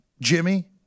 Jimmy